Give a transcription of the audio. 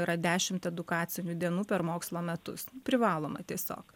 yra dešimt edukacinių dienų per mokslo metus privaloma tiesiog